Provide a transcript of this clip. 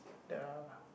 ya